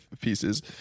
pieces